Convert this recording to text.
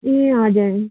ए हजुर